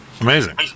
Amazing